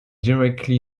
directly